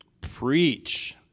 preach